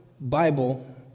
Bible